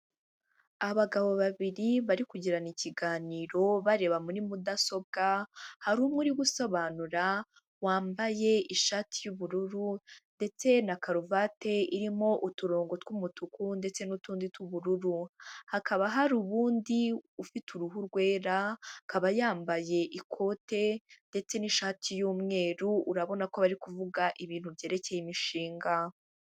Abagabo babiri bari kugirana ikiganiro bareba muri mudasobwa, hari umwe uri gusobanura wambaye ishati y'ubururu ndetse na karuvati irimo uturongo tw'umutuku ndetse n'utundi tw'ubururu, hakaba hari uwundi ufite uruhu rwera, akaba yambaye ikote ndetse n'ishati y'umweru, urabona ko bari kuvuga ibintu byerekeye imishinga.